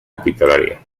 hospitalaria